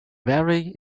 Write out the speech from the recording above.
very